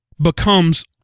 becomes